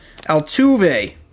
Altuve